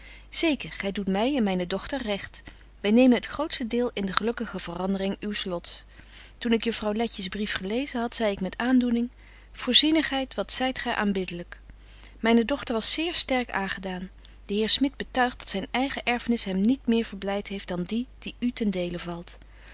zeker gy doet my en myne dochter recht wy nemen het grootste deel in de gelukkige verandering uws lots toen ik juffrouw letjes brief gelezen had zei ik met aandoening voorzienigheid wat zyt gy aanbidlyk myne dochter was zeer sterk aangedaan de heer smit betuigt dat zyn eigen erfnis hem niet meer verblyt heeft dan die die u ten dele valt